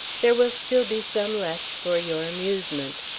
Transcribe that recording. there will still be some left for your amusement.